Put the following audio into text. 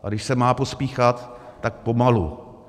A když se má pospíchat, tak pomalu.